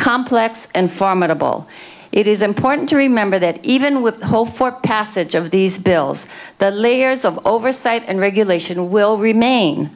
complex and formidable it is important to remember that even with the whole for passage of these bill girls the layers of oversight and regulation will remain